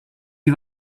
die